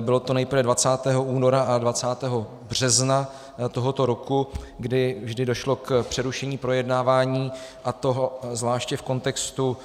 Bylo to nejprve 20. února a 20. března tohoto roku, kdy vždy došlo k přerušení projednávání, a to zvláště v kontextu